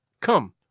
Come